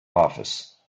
office